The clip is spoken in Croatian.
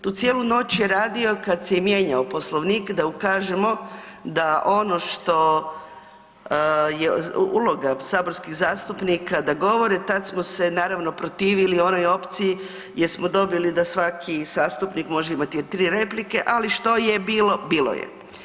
Tu cijelu noć je radio kad se je mijenjao Poslovnik da ukažemo da ono što je uloga saborskih zastupnika da govore tad smo se naravno protivili onoj opciji jer smo dobili da svaki zastupnik može imati tri replike, ali što je bilo bilo je.